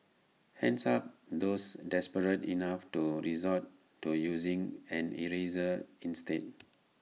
hands up those desperate enough to resort to using an eraser instead